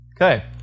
Okay